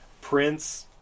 Prince